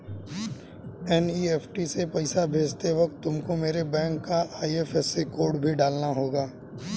NEFT से पैसा भेजते वक्त तुमको मेरे बैंक का आई.एफ.एस.सी कोड भी डालना होगा